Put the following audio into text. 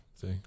see